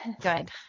Good